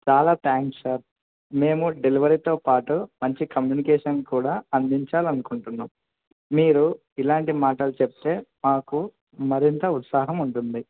చాలా thanks sir మేము డెలివరీతో పాటు మంచి కమ్యూనికేషన్ కూడా అందించాలనుకుంటున్నాం మీరు ఇలాంటి మాటలు చెప్తే మాకు మరింత ఉత్సాహం ఉంటుంది